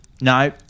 No